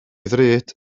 ddrud